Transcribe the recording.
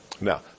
Now